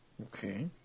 Okay